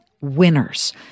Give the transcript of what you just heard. winners